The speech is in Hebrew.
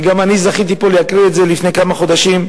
וגם אני זכיתי להקריא את זה פה לפני כמה חודשים,